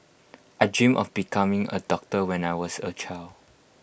I dreamt of becoming A doctor when I was A child